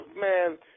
Man